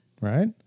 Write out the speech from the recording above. right